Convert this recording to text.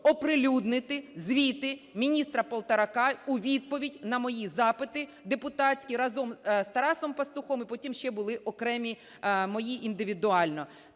оприлюднити звіти міністра Полторака у відповідь на мої запити депутатські разом з Тарасом Пастухом, і потім ще були окремі мої індивідуально.